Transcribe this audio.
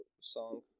song